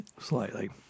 Slightly